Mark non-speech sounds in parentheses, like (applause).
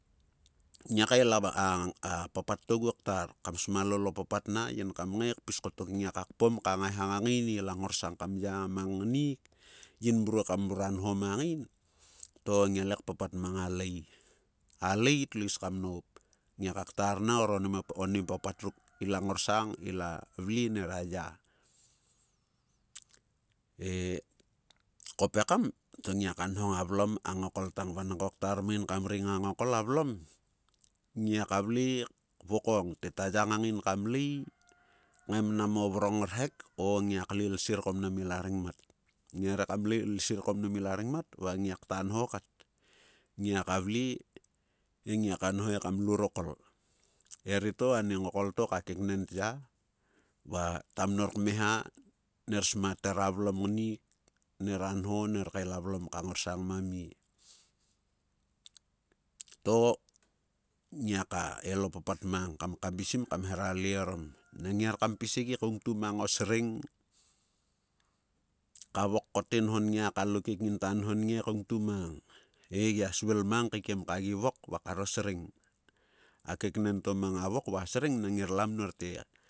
Ngia kael a (unintelligible) papat to oguo ktar kam sma lol o papat na yin kam ngae kpis kotek na ngia ka kpom ka ngaeha ngang ngain ila ngorsang kam ya mang ngain to ngia le kpapat mang lei. A lei tlo is kam noup. Ngiaka ktar na (hesitation) one papat ruk ila ngorsang, ila vle nera ya. He kop ekam to ngiaka ngong a vlom a ngokol, tang vangko ktar mang in kam ring a ngokol a vlom, ngia ka vle kvokong te ta ya ngaing ngain kam lei kngae mnam a vrong rhek, o, ngiak lei lsir ko mnam ila rengmat. Ngia re kam lei lsir mnam ila rengmat, va ngia kta nho kat. Ngiaka vle he ngiaka nho ekam lurokol. Erieto ane ngokol to ka keknen tya, va ta mnor kmeha, ner smia tar a vlom ngniik, nera nho ner kael a vlom ka ngorsang ma mie. To ngia ka el o papat mang kam kabisim kam hera lei orom. Nang ngior kam pis he gi koungtu mang o sreng, ka vok ko te nho nngia, kalo keek nginta nho nngia koungtu mang, he gia svil mang kaikiem ka gi vok va karo sreng. A keknen to mang a vok va a sreng nang nger la mnor te. Ipai